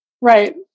Right